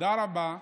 תודה רבה.